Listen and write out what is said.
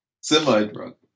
Semi-drunk